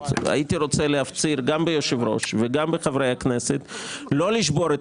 הייתי רוצה להפציר גם ביושב ראש וגם בחברי הכנסת לא לשבור את